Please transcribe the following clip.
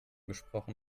gesprochen